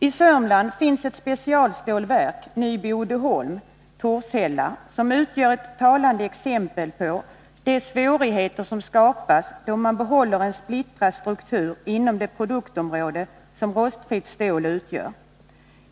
I Sörmland finns ett specialstålverk, Nyby Uddeholm i Torshälla, som utgör ett talande exempel på de svårigheter som skapas då man behåller en splittrad struktur inom det produktområde som rostfritt stål utgör.